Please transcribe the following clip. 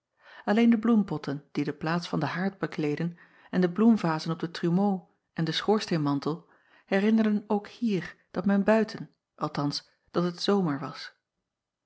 lleen de bloempotten die de plaats van den haard bekleedden en de bloemvazen op de trumeaux en den schoorsteenmantel herinnerden ook hier dat men buiten althans dat het zomer was